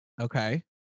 Okay